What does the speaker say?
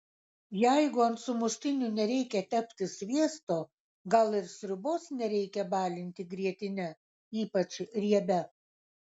jeigu ant sumuštinių nereikia tepti sviesto gal ir sriubos nereikia balinti grietine ypač riebia